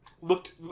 Looked